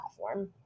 platform